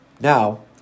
Now